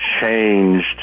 changed